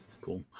Cool